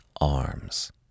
arms